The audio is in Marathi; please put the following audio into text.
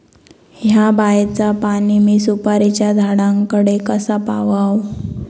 हया बायचा पाणी मी सुपारीच्या झाडान कडे कसा पावाव?